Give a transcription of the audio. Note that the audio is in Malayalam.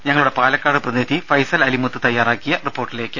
ഞങ്ങളുടെ പാലക്കാട് പ്രതിനിധി ഫൈസൽ അലിമുത്ത് തയ്യാറാക്കിയ റിപ്പോർട്ടിലേക്ക്